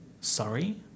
Sorry